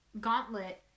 gauntlet